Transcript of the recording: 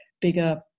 bigger